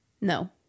no